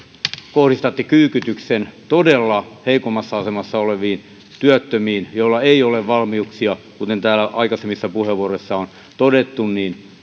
kohdistatte kyykytyksen todella heikommassa asemassa oleviin työttömiin joilla ei ole valmiuksia kuten täällä aikaisemmissa puheenvuoroissa on todettu